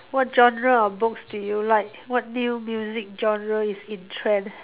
what genre of books do you like what new music genre is in trend